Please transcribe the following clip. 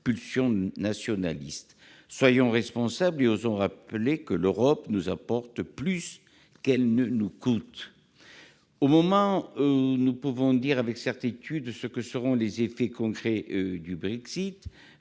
pulsions nationalistes. Soyons responsables et osons rappeler que l'Europe nous apporte plus qu'elle ne nous coûte. Madame la ministre, alors que nous ne pouvons dire avec certitude quels seront les effets concrets du Brexit,